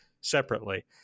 separately